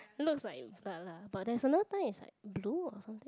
it looks like blood lah but there's another time it's like blue or something